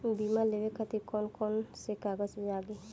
बीमा लेवे खातिर कौन कौन से कागज लगी?